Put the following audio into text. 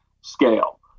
scale